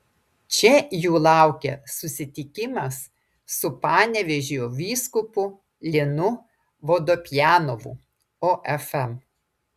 čia jų laukia susitikimas su panevėžio vyskupu linu vodopjanovu ofm